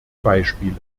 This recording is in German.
beispiele